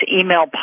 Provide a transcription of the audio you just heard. email